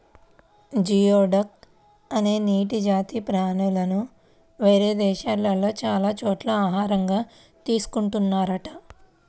geoduck అనే నీటి జాతి ప్రాణులను వేరే దేశాల్లో చాలా చోట్ల ఆహారంగా తీసుకున్తున్నారంట